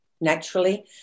naturally